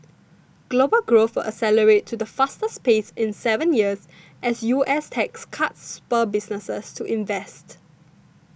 global growth will accelerate to the fastest pace in seven years as U S tax cuts spur businesses to invest